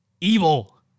evil